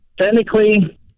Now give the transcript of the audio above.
technically